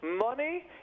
money